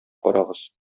карагыз